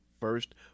first